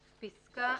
--- לא.